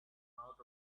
out